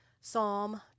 Psalm